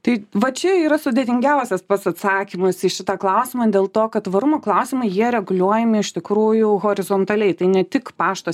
tai vat čia yra sudėtingiausias pats atsakymas į šitą klausimą dėl to kad tvarumo klausimai jie reguliuojami iš tikrųjų horizontaliai tai ne tik pašto